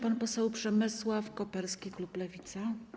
Pan poseł Przemysław Koperski, klub Lewica.